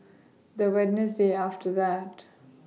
The Wednesday after that